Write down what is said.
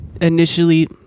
initially